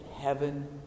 heaven